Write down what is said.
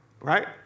right